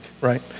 right